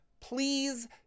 please